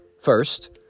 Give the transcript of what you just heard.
First